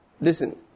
listen